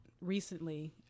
recently